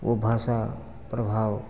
वह भाषा प्रभाव